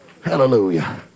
hallelujah